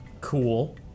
Cool